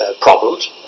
problems